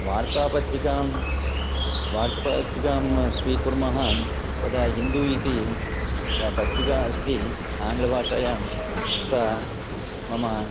वार्तापत्रिकां वार्तापत्रिकां स्वीकुर्मः तदा हिन्दुः इति या पत्रिका अस्ति आङ्ग्लभाषायां सा मम